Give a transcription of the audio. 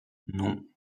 non